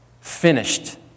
finished